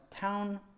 town